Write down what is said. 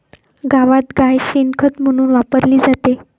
गावात गाय शेण खत म्हणून वापरली जाते